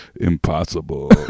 Impossible